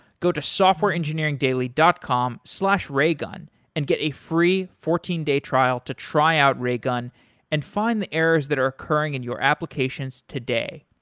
go to softwareengineeringdaily dot com slash raygun and get a free fourteen day trial to try out raygun and find the errors that are occurring in your applications today.